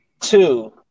Two